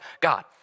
God